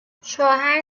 شوهر